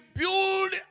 build